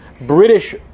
British